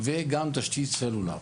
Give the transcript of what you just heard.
וגם תשתית סלולר.